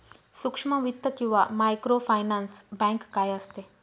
सूक्ष्म वित्त किंवा मायक्रोफायनान्स बँक काय असते?